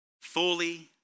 Fully